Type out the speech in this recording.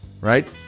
right